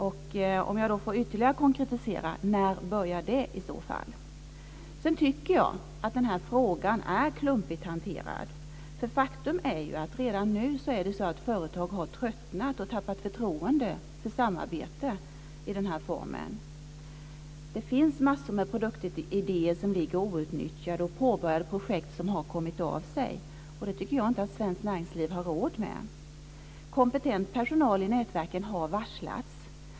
Låt mig bli ännu mer konkret: När börjar det i så fall att ske? Jag tycker att den här frågan är klumpigt hanterad. Faktum är att företag redan har tröttnat och tappat förtroende för samarbete i den här formen. Det finns massor av produktidéer som ligger outnyttjade och påbörjade projekt som har kommit av sig. Jag tycker inte att svenskt näringsliv har råd med detta. Kompetent personal inom nätverken har varslats.